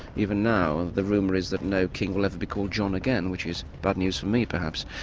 even now the rumour is that no king will ever be called john again, which is bad news for me, perhaps.